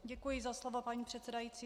Děkuji za slovo, paní předsedající.